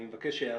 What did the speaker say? אני מבקש הערות,